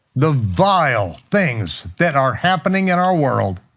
the vile things that are happening in our world.